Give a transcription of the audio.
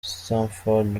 stamford